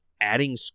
adding